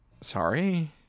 sorry